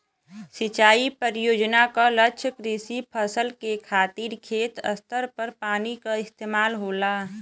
सिंचाई परियोजना क लक्ष्य कृषि फसल के खातिर खेत स्तर पर पानी क इस्तेमाल होला